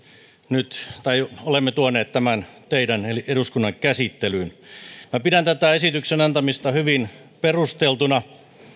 nyt tuoneet tämän teidän eli eduskunnan käsittelyyn minä pidän esityksen antamista hyvin perusteltuna